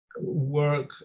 work